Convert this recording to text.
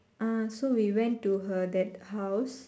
ah so we went to her that house